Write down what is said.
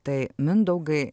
tai mindaugai